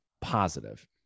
positive